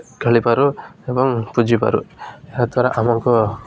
ଖେଳିପାରୁ ଏବଂ ବୁଝିପାରୁ ଏହାଦ୍ୱାରା ଆମକୁ